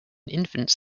infants